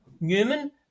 Newman